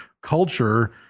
culture